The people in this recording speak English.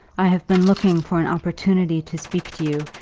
i have been looking for an opportunity to speak to you,